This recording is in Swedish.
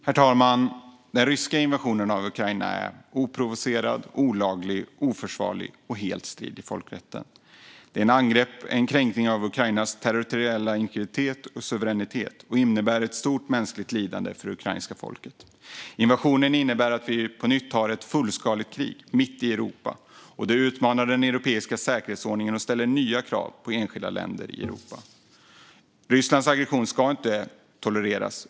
Herr talman! Den ryska invasionen av Ukraina är oprovocerad, olaglig och oförsvarlig, och den strider helt mot folkrätten. Den är en kränkning av Ukrainas territoriella integritet och suveränitet, och den innebär ett stort mänskligt lidande för det ukrainska folket. Invasionen innebär att vi på nytt har ett fullskaligt krig mitt i Europa, och det utmanar den europeiska säkerhetsordningen och ställer nya krav på enskilda länder i Europa. Rysslands aggression ska inte tolereras.